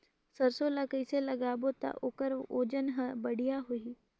सरसो ला कइसे लगाबो ता ओकर ओजन हर बेडिया होही?